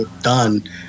done